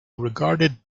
regarded